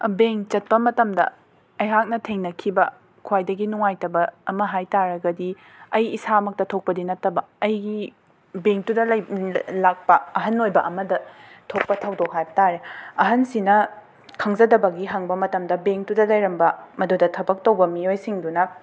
ꯑꯕꯦꯡ ꯆꯠꯄ ꯃꯇꯝꯗ ꯑꯩꯍꯥꯛꯅ ꯊꯦꯡꯅꯈꯤꯕ ꯈ꯭ꯋꯥꯏꯗꯒꯤ ꯅꯨꯡꯉꯥꯏꯇꯕ ꯑꯃ ꯍꯥꯏ ꯇꯥꯔꯒꯗꯤ ꯑꯩ ꯏꯁꯥꯃꯛꯇ ꯊꯣꯛꯄꯗꯤ ꯅꯠꯇꯕ ꯑꯩꯒꯤ ꯕꯦꯡꯛꯇꯨꯗ ꯂꯩ ꯂꯥꯛꯄ ꯑꯍꯟ ꯑꯣꯏꯕ ꯑꯃꯗ ꯊꯣꯛꯄ ꯊꯧꯗꯣꯛ ꯍꯥꯏꯕ ꯇꯥꯔꯦ ꯑꯍꯟꯁꯤꯅ ꯈꯪꯖꯗꯕꯒꯤ ꯍꯪꯕ ꯃꯇꯝꯗ ꯕꯦꯡꯛꯇꯨꯗ ꯂꯩꯔꯝꯕ ꯃꯗꯨꯗ ꯊꯕꯛ ꯇꯧꯕ ꯃꯤꯑꯣꯏꯁꯤꯡꯗꯨꯅ